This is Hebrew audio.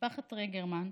משפחת טרגרמן,